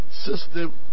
system